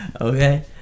Okay